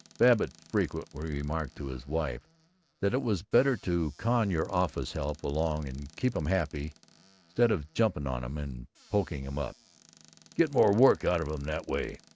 babbitt frequently remarked to his wife that it was better to con your office-help along and keep em happy stead of jumping on em and poking em up get more work out of em that way,